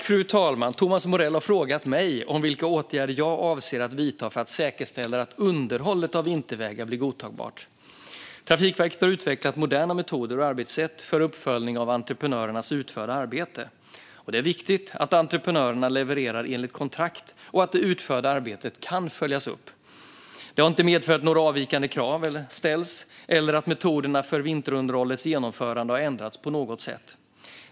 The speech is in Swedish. Fru talman! har frågat mig vilka åtgärder jag avser att vidta för att säkerställa att underhållet av vintervägar blir godtagbart. Trafikverket har utvecklat moderna metoder och arbetssätt för uppföljning av entreprenörernas utförda arbete. Det är viktigt att entreprenörerna levererar enligt kontrakt och att det utförda arbetet kan följas upp. Det har inte medfört att några avvikande krav ställs eller att metoderna för vinterunderhållets genomförande har ändrats på något annat sätt.